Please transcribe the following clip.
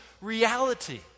reality